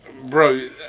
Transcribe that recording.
Bro